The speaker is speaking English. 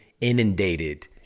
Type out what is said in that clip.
inundated